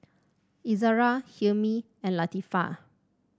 Izzara Hilmi and Latifa